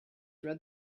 read